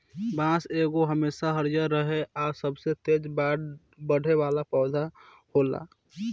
बांस एगो हमेशा हरियर रहे आ सबसे तेज बढ़े वाला पौधा होला